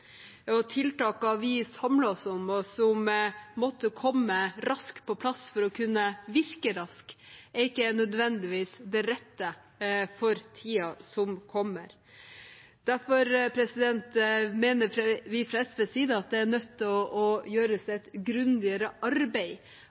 vi samlet oss om, og som måtte komme raskt på plass for å kunne virke raskt, er ikke nødvendigvis det rette for tiden som kommer. Derfor mener vi i SV at det er nødt til å gjøres et grundigere arbeid,